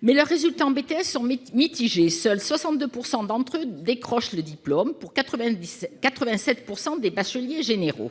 Toutefois, leurs résultats en BTS sont mitigés : seuls 62 % d'entre eux décrochent le diplôme, pour 87 % des bacheliers généraux.